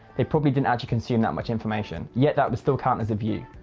they probably didn't actually consume that much information yet. that would still count as a view.